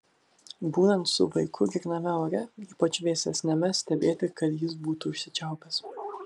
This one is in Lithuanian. būnant su vaiku gryname ore ypač vėsesniame stebėti kad jis būtų užsičiaupęs